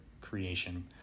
creation